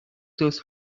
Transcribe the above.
those